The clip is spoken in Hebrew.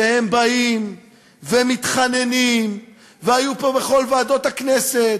והם באים ומתחננים, והיו פה בכל ועדות הכנסת,